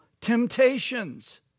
temptations